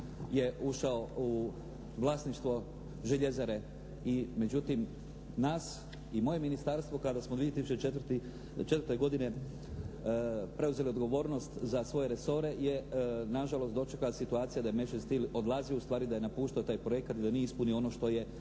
je ušao u vlasništvo željezare i međutim nas i moje ministarstvo kada smo 2004. godine preuzeli odgovornost za svoje resore je nažalost dočekala situacija da je "Mečerstil" odlazio, ustvari da je napuštao taj projekat i da nije ispunio ono što je